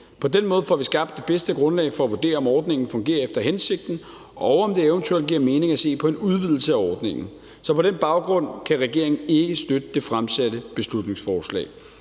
På den måde får vi skabt det bedste grundlag for at vurdere, om ordningen fungerer efter hensigten, og om det eventuelt giver mening at se på en udvidelse af ordningen. Så på den baggrund kan regeringen ikke støtte det fremsatte beslutningsforslag.